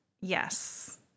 yes